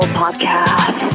podcast